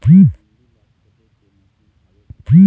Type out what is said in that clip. गोंदली ला खोदे के मशीन हावे का?